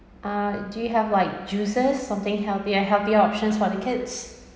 uh do you have like juices something healthy a healthy option for the kids